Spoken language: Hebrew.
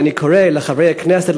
ואני קורא לחברי הכנסת,